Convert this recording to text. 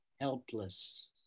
helpless